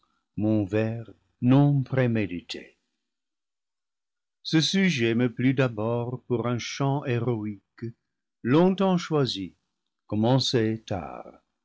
mon vers non prémédité ce sujet me plut d'abord pour un chant héroïque longtemps choisi commencé